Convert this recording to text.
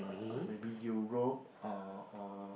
(uh)maybe Europe uh or